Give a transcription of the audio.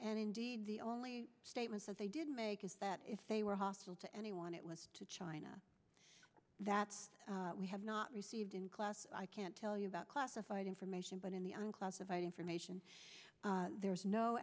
and indeed the only statements that they did make is that if they were hostile to anyone it was to china that's we have not received in class i can't tell you about classified information but in the unclassified information there's no